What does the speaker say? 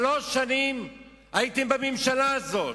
שלוש שנים הייתם בממשלה הזאת,